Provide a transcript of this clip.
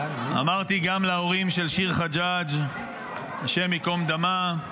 ואמרתי גם להורים של שיר חג'אג', השם ייקום דמה,